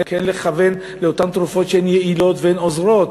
כן לכוון לאותן תרופות שהן יעילות והן עוזרות,